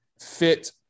fit